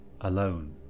alone